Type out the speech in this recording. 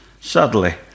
sadly